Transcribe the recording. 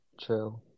true